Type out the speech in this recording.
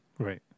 right